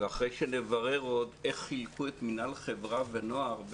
ובוודאי לילדים ולבני הנוער.